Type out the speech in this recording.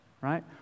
right